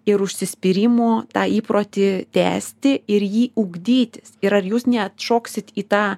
ir užsispyrimo tą įprotį tęsti ir jį ugdytis ir ar jūs neatšoksit į tą